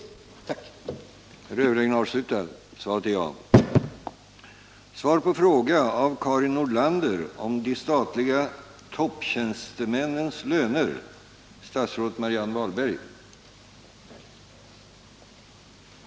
Tack.